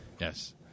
Yes